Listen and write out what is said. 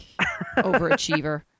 Overachiever